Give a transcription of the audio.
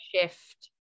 shift